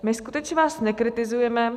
My skutečně vás nekritizujeme.